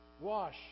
Wash